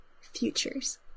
futures